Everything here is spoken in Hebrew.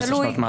15 שנות מאסר.